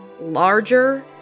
larger